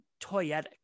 toyetic